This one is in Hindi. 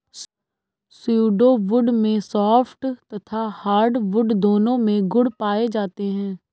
स्यूडो वुड में सॉफ्ट तथा हार्डवुड दोनों के गुण पाए जाते हैं